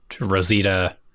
Rosita